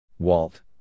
Walt